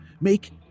Make